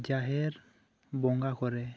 ᱡᱟᱦᱮᱨ ᱵᱚᱸᱜᱟ ᱠᱚᱨᱮ